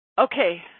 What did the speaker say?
Okay